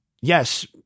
yes